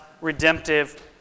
redemptive